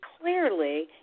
clearly